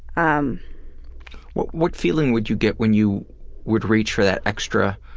um what what feeling would you get when you would reach for that extra.